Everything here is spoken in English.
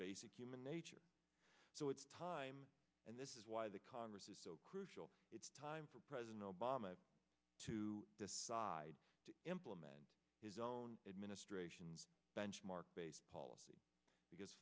basic human nature so it's time and this is why the congress is so crucial it's time for president obama to decide to implement his own administration's benchmark based policy because